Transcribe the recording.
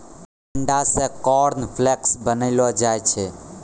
जंडा से कॉर्नफ्लेक्स बनैलो जाय छै